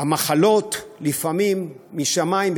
המחלות הן לפעמים משמים,